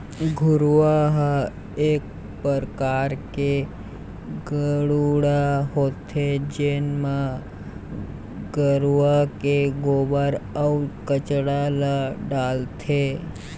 घुरूवा ह एक परकार के गड्ढ़ा होथे जेन म गरूवा के गोबर, अउ कचरा ल डालथे